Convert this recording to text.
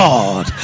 God